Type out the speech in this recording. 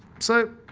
so